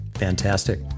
Fantastic